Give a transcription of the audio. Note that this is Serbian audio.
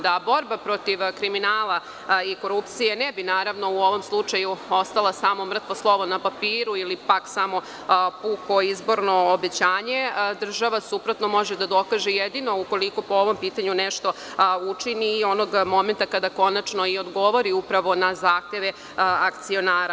Da borba protiv kriminala i korupcije ne bi u ovom slučaju ostala samo mrtvo slovo na papiru ili samo puko izborno obećanje, država suprotno može da dokaže jedino ukoliko po ovom pitanju nešto učini i onog momenta kada konačno odgovori na zahteve akcionara.